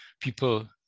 People